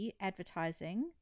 advertising